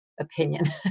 opinion